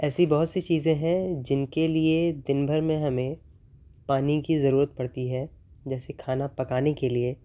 ایسی بہت سی چیزیں ہیں جن کے لیے دن بھر میں ہمیں پانی کی ضرورت پڑتی ہے جیسے کھانا پکانے کے لیے